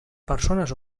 persones